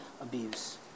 abuse